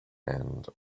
and